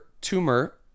tumor